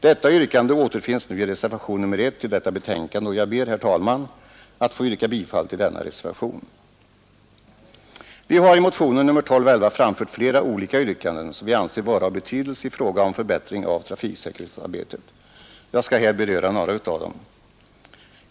Detta yrkande återfinns nu i reservationen 1 till detta betänkande, och jag ber, herr talman, att få yrka bifall till denna reservation. Vi har i motionen 1211 framfört flera olika yrkanden, som vi anser vara av betydelse i fråga om förbättring av trafiksäkerhetsarbetet. Jag skall här beröra några av dem.